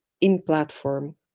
in-platform